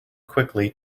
quickly